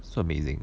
so amazing